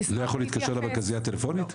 לא יכול להתקשר למרכזייה טלפונית?